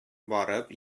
барып